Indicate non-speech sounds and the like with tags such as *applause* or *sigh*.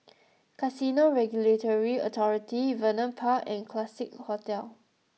*noise* Casino Regulatory Authority Vernon Park and Classique Hotel